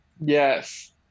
yes